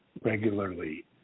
regularly